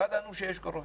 לא ידענו שיש קול קורא.